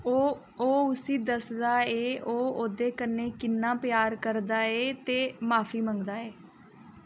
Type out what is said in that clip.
ओह् उस्सी दसदा ऐ जे ओह् ओह्दे कन्नै किन्ना प्यार करदा ऐ ते माफी मंगदा ऐ